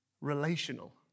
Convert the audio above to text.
relational